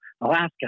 Alaska